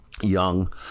young